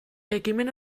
ekimen